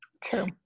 True